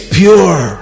pure